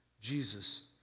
Jesus